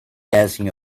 asking